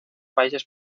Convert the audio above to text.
países